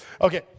Okay